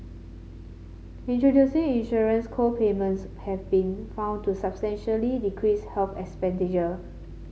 introducing insurance co payments have been found to substantially decrease health expenditure